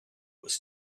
was